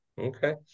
Okay